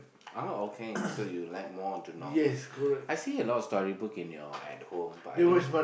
oh okay so you like more of the novels I see a lot of storybooks in your at home but I didn't